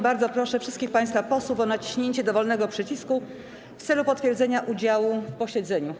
Bardzo proszę wszystkich państwa posłów o naciśnięcie dowolnego przycisku w celu potwierdzenia udziału w posiedzeniu.